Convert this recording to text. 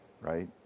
right